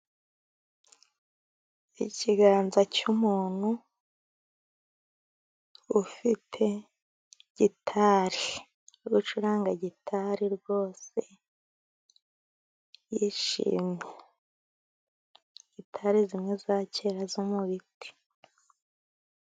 Ikiganza cy'umuntu ufite gitari. Ari gucuranga gitari rwose yishimye. Gitari zimwe za kera zo mu biti.